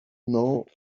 know